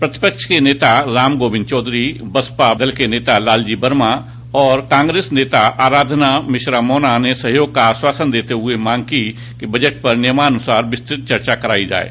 प्रतिपक्ष के नेता राम गोविंद चौधरी बसपा दल के नेता लालजी वर्मा और कांग्रेस नेता आराधना मिश्रा मोना ने सहयोग का आश्वासन देते हुए मांग की कि बजट पर नियमानुसार विस्तृत चर्चा कराई जाये